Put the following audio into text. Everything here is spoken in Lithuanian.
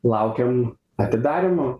laukiam atidarymo